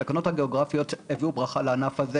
התקנות הגיאוגרפיות הביאו ברכה לענף הזה